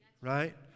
right